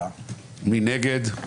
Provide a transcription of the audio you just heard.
מי נגד?